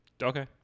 Okay